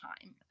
time